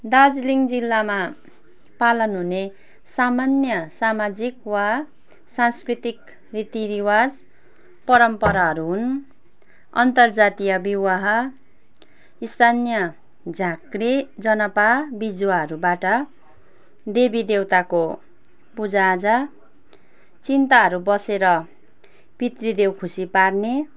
दार्जिलिङ जिल्लामा पालन हुने सामान्य सामाजिक वा सांस्कृतिक रीतिरिवाज परम्पराहरू हुन् अन्तर्जातीय विवाह स्थानीय झाँक्री जनापा बिजुवाहरूबाट देवीदेउताको पूजाआजा चिन्ताहरू बसेर पितृदेव खुसी पार्ने